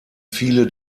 viele